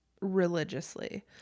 religiously